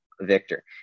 Victor